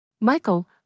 Michael